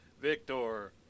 Victor